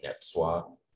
NetSwap